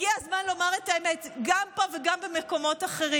הגיע הזמן לומר את האמת, גם פה וגם במקומות אחרים.